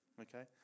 Okay